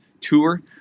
tour